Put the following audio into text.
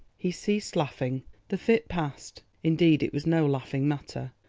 he ceased laughing the fit passed indeed it was no laughing matter.